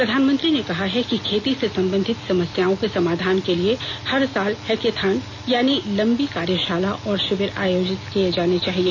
प्रधानमंत्री ने कहा है कि खेती से संबंधित समस्याओं के समाधान के लिए हर साल हैकेथान यानि लंबी कार्यषाला और षिविर आयोजित किये जाने चाहिए